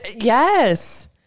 Yes